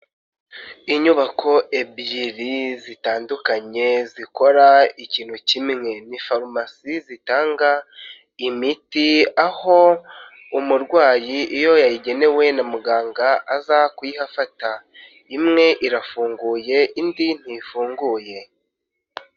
Inyubako ebyiri zitandukanye zikora ikintu kimwe, ni farumasi zitanga imiti aho umurwayi iyo yayigenewe na muganga aza kuyihafata, imwe irafunguye indi ntifunguye.